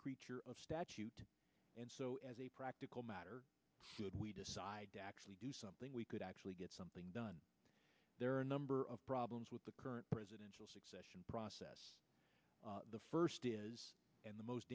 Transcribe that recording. creature of statute and so as a practical matter we decide to actually do something we could actually get something done there are a number of problems with the current presidential succession process the first is the most